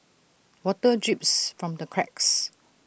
water drips from the cracks